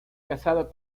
casado